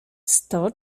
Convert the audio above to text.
sto